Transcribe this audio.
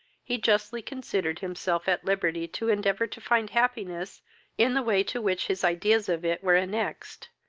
he justly considered himself at liberty to endeavour to find happiness in the way to which his ideas of it were annexed,